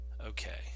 Okay